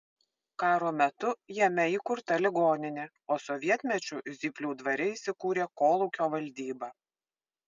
karo metu jame įkurta ligoninė o sovietmečiu zyplių dvare įsikūrė kolūkio valdyba